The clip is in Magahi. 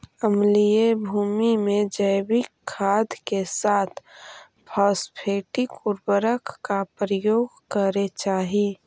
अम्लीय भूमि में जैविक खाद के साथ फॉस्फेटिक उर्वरक का प्रयोग करे चाही